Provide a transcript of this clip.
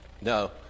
No